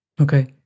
Okay